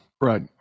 right